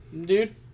dude